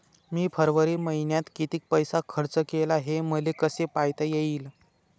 मी फरवरी मईन्यात कितीक पैसा खर्च केला, हे मले कसे पायता येईल?